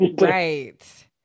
Right